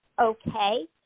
okay